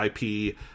IP